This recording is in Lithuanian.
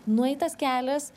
nueitas kelias